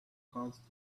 caused